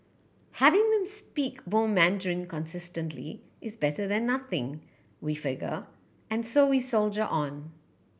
having them speak some Mandarin consistently is better than nothing we figure and so we soldier on